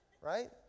Right